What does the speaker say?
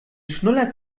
schnuller